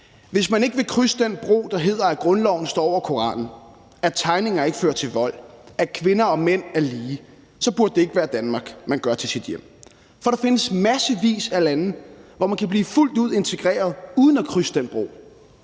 hvis man ikke vil krydse den bro, der hedder, at grundloven står over Koranen, at tegninger ikke fører til vold, at kvinder og mænd er lige, så burde det ikke være Danmark, man gør til sit hjem. For der findes massevis af lande, hvor man kan blive fuldt ud integreret uden at krydse den bro.